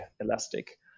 elastic